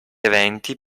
eventi